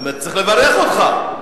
באמת, צריך לברך אותך.